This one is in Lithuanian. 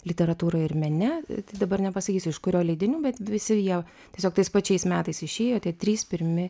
literatūroj ir mene dabar nepasakysiu iš kurio leidinių bet visi jie tiesiog tais pačiais metais išėjo tie trys pirmi